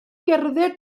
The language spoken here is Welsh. gerdded